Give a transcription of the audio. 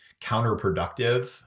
counterproductive